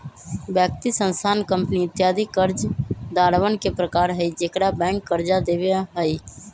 व्यक्ति, संस्थान, कंपनी इत्यादि कर्जदारवन के प्रकार हई जेकरा बैंक कर्ज देवा हई